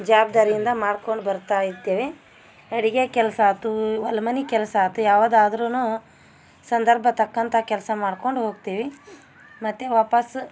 ಜವಾಬ್ದಾರಿಯಿಂದ ಮಾಡ್ಕೊಂಡು ಬರ್ತಾ ಇದ್ದೇವೆ ಅಡಿಗೆ ಕೆಲಸ ಆತು ಹೊಲ ಮನೆ ಕೆಲಸ ಆತು ಯಾವುದಾದರೂನು ಸಂದರ್ಭ ತಕ್ಕಂಥ ಕೆಲಸ ಮಾಡ್ಕೊಂಡು ಹೋಗ್ತೀವಿ ಮತ್ತು ವಾಪಾಸ್